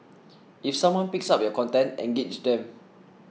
if someone picks up your content engage them